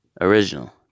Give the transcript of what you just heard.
Original